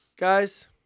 Guys